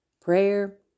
Prayer